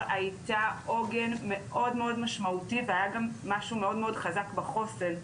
הייתה עוגן מאוד מאוד משמעותי והיה משהו מאוד חזק בחוסן,